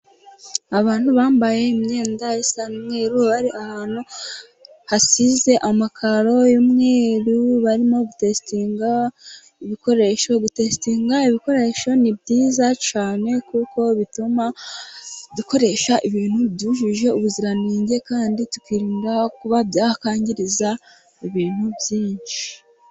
Abantu bambaye imyenda isa n'umweru bari ahantu hasize amakaro y'umweruru barimo gu gutesitinga ibikoresho. Gutesitinga ibikoresho ni byiza cyane kuko bituma dukoresha ibintu byujuje ubuziranenge kandi tukirinda kuba byakwangiza ibintu byinshi.